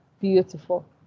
beautiful